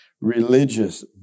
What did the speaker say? religious